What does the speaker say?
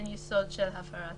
אין יסוד של הפרת סדר?